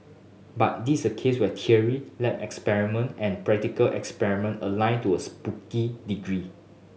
but this a case wet theory lab experiment and practical experiment align to a spooky degree